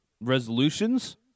Resolutions